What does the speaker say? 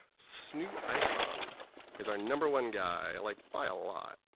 snooicon is our number one guy like by a lot.